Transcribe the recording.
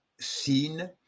seen